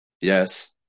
yes